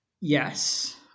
yes